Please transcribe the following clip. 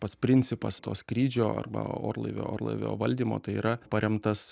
pats principas to skrydžio arba orlaivio orlaivio valdymo tai yra paremtas